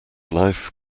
life